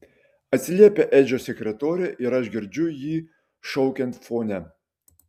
atsiliepia edžio sekretorė ir aš girdžiu jį šaukiant fone